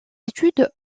études